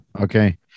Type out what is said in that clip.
okay